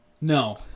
no